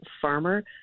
farmer